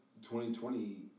2020